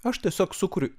aš tiesiog sukuriu